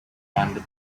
random